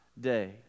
day